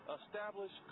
establish